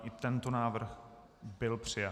I tento návrh byl přijat.